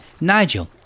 Nigel